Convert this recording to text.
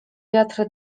wiatr